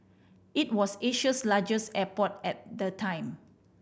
it was Asia's largest airport at the time